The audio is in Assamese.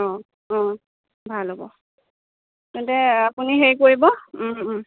অঁ অঁ ভাল হ'ব তেন্তে আপুনি হেৰি কৰিব